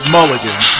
Mulligan